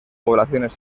poblaciones